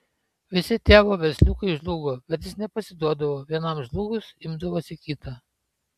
visi tėvo versliukai žlugo bet jis nepasiduodavo vienam žlugus imdavosi kito